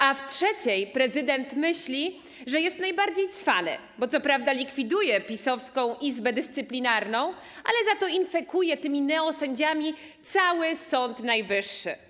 A w trzeciej prezydent myśli, że jest najbardziej cwany, bo co prawda likwiduje PiS-owską Izbę Dyscyplinarną, ale za to infekuje tymi neosędziami cały Sąd Najwyższy.